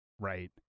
right